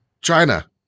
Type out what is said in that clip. China